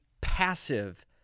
passive